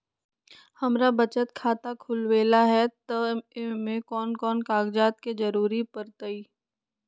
हमरा बचत खाता खुलावेला है त ए में कौन कौन कागजात के जरूरी परतई?